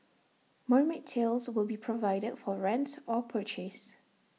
mermaid tails will be provided for rent or purchase